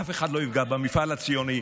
אף אחד לא יפגע במפעל הציוני.